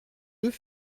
deux